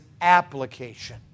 application